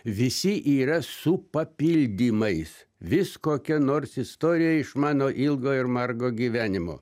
visi yra su papildymais vis kokia nors istorija iš mano ilgo ir margo gyvenimo